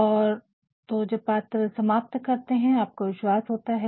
और तो जब पत्र समाप्त करते आपको एक विश्वास होता है